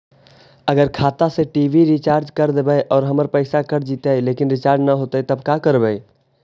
अगर खाता से टी.वी रिचार्ज कर देबै और हमर पैसा कट जितै लेकिन रिचार्ज न होतै तब का करबइ?